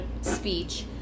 speech